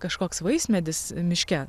kažkoks vaismedis miške